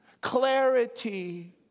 clarity